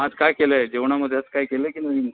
आज काय केलं आहे जेवणामध्ये आज काही केलं आहे की नाही